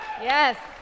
yes